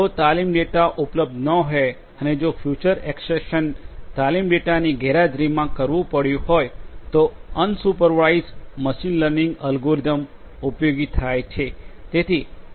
જો તાલીમ ડેટા ઉપલબ્ધ ન હોય અને જો ફીચર એક્સટ્રેકશન તાલીમ ડેટાની ગેરહાજરીમાં કરવું પડ્યું હોય તો અનસુપરવાઇઝડ મશીન લર્નિંગ એલ્ગોરિધમ્સ ઉપયોગી થાય છે